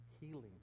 healing